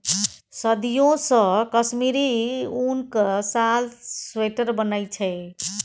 सदियों सँ कश्मीरी उनक साल, स्वेटर बनै छै